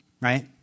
Right